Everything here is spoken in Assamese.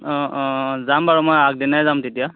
অঁ অঁ যাম বাৰু মই আগদিনাই যাম তেতিয়া